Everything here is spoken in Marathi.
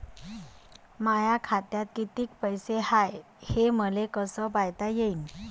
माया खात्यात कितीक पैसे हाय, हे मले कस पायता येईन?